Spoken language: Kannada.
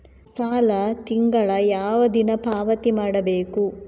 ಸಾಲ ತಿಂಗಳ ಯಾವ ದಿನ ಪಾವತಿ ಮಾಡಬೇಕು?